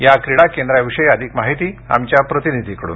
या क्रीडा केंद्राविषयी अधिक माहिती आमच्या प्रतिनिधीकडून